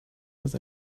was